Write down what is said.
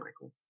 michael